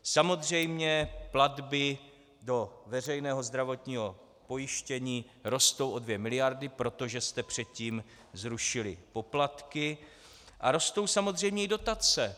Samozřejmě platby do veřejného zdravotního pojištění rostou o 2 mld., protože jste předtím zrušili poplatky, a rostou samozřejmě i dotace.